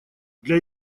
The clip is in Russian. для